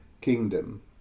kingdom